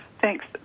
thanks